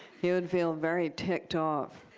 you would feel very ticked off